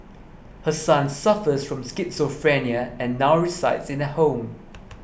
her son suffers from schizophrenia and now resides in a home